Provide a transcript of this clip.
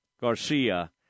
Garcia